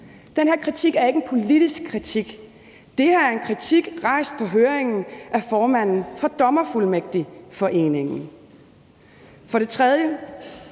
Den her kritik er ikke en politisk kritik. Det her er en kritik rejst under høringen af formanden for Dommerfuldmægtigforeningen. For det tredje